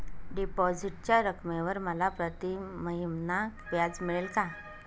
डिपॉझिटच्या रकमेवर मला प्रतिमहिना व्याज मिळेल का?